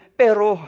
pero